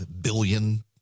billion